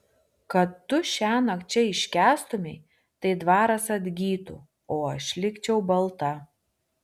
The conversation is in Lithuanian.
kad tu šiąnakt čia iškęstumei tai dvaras atgytų o aš likčiau balta